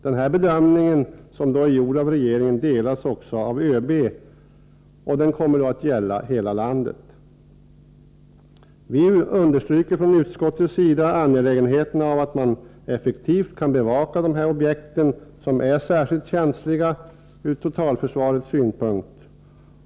Denna regeringens bedömning delas också av ÖB och kommer att gälla hela landet. Utskottet understryker angelägenheten av att man effektivt kan bevaka objekt som är särskilt känsliga ur totalförsvarets synpunkt.